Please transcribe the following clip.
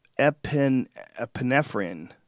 epinephrine